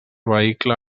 vehicle